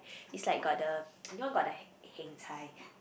it's like got the you know got the heng-chai